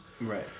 Right